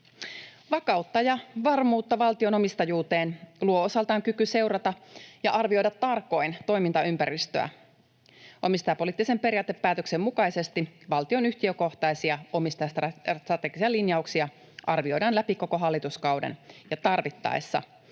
Vakautta ja varmuutta valtion omistajuuteen luo osaltaan kyky seurata ja arvioida tarkoin toimintaympäristöä. Omistajapoliittisen periaatepäätöksen mukaisesti valtionyhtiökohtaisia omistajastrategisia linjauksia arvioidaan läpi koko hallituskauden ja tarvittaessa